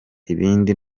ibindi